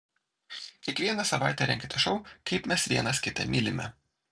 kiekvieną savaitę renkite šou kaip mes vienas kitą mylime